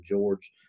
George